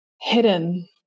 hidden